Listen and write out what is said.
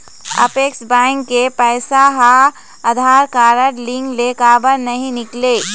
Apex bank के पैसा हा आधार कारड लिंक ले काबर नहीं निकले?